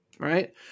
Right